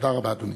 תודה רבה, אדוני.